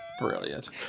Brilliant